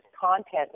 content